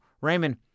Raymond